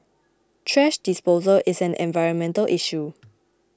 thrash disposal is an environmental issue